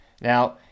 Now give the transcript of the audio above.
Now